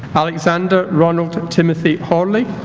alexander ronald timothy horley